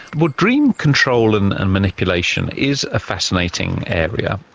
well, dream control and and manipulation is a fascinating area.